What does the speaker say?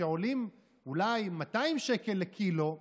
שעולים אולי 200 שקל לקילו,